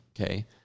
okay